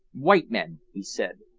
white men! he said,